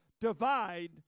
divide